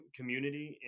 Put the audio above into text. community